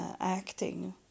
acting